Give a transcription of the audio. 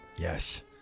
Yes